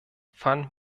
van